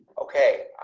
okay.